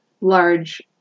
large